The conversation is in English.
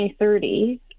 2030